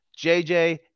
JJ